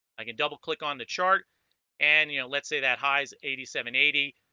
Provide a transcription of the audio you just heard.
i can double click on the chart and you know let's say that highs eighty seven eighty